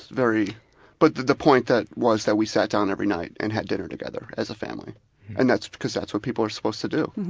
very but the point that was that we sat down every night and had dinner together as a family and that's because that's what people are supposed to do.